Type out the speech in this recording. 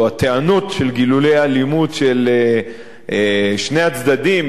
הטענות של גילויי האלימות של שני הצדדים,